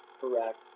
correct